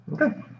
Okay